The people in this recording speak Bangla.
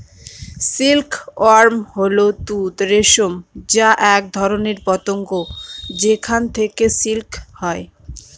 সিল্ক ওয়ার্ম হল তুঁত রেশম যা এক ধরনের পতঙ্গ যেখান থেকে সিল্ক হয়